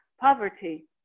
poverty